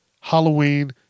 Halloween